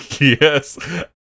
Yes